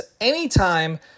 anytime